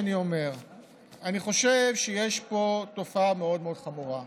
אני חושב שיש פה תופעה מאוד מאוד חמורה,